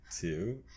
two